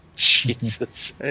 Jesus